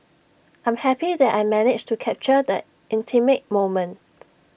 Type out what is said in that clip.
I'm happy that I managed to capture the intimate moment